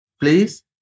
Please